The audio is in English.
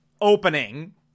opening